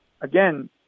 again